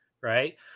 right